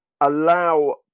allow